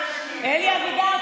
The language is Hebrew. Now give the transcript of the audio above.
אלי אבידר,